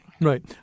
Right